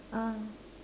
uh